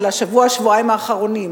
של השבוע-שבועיים האחרונים: